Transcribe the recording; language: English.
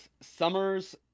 Summer's